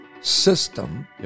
system